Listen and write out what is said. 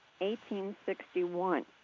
1861